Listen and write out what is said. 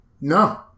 No